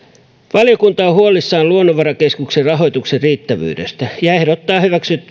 valiokunta on huolissaan luonnonvarakeskuksen rahoituksen riittävyydestä ja ehdottaa